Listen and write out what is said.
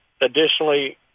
additionally